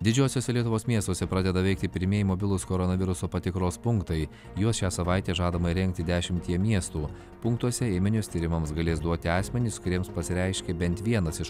didžiuosiuose lietuvos miestuose pradeda veikti pirmieji mobilūs koronaviruso patikros punktai juos šią savaitę žadama įrengti dešimtyje miestų punktuose ėminius tyrimams galės duoti asmenys kuriems pasireiškė bent vienas iš